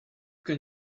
can